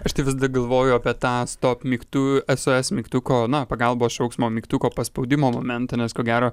aš tai vis dar galvoju apie tą stop mygtu sos mygtuko na pagalbos šauksmo mygtuko paspaudimo momentą nes ko gero